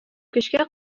көчкә